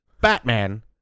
Batman